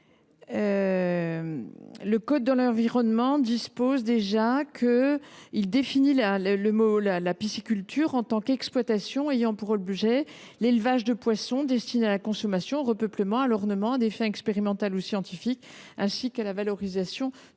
le code de l’environnement définit déjà la pisciculture en tant qu’« exploitation ayant pour objet l’élevage de poissons destinés à la consommation, au repeuplement, à l’ornement, à des fins expérimentales ou scientifiques, ainsi qu’à la valorisation touristique